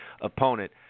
opponent